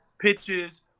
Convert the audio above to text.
pitches